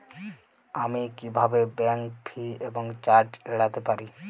আমি কিভাবে bank fee এবং চার্জ এড়াতে পারি?